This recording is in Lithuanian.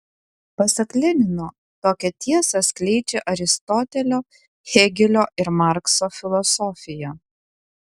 pasak lenino tokią tiesą skleidžia aristotelio hėgelio ir markso filosofija